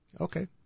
Okay